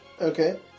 Okay